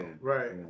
right